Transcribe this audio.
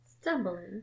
Stumbling